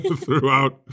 Throughout